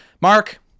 Mark